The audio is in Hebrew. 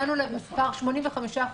הגענו ל-85%,